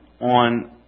on